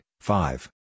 five